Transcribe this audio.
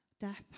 Death